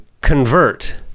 convert